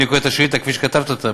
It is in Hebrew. אני קורא את השאילתה כפי שכתבת אותה,